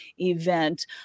event